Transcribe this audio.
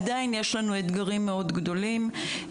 עדיין יש לנו אתגרים גדולים מאוד.